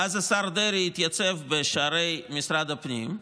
ואז השר דרעי יתייצב בשערי משרד הפנים,